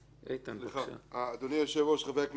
אדוני היושב-ראש, חברי הכנסת,